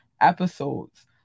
episodes